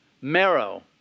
Marrow